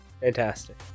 Fantastic